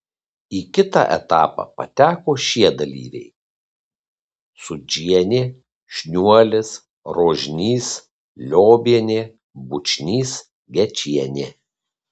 į kitą etapą pateko šie dalyviai sūdžienė šniuolis rožnys liobienė bučnys gečienė